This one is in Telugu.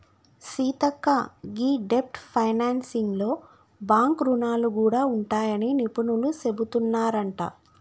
సీతక్క గీ డెబ్ట్ ఫైనాన్సింగ్ లో బాంక్ రుణాలు గూడా ఉంటాయని నిపుణులు సెబుతున్నారంట